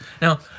Now